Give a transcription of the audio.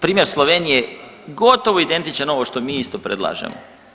Primjer Slovenije je gotovo identičan ovo što mi isto predlažemo.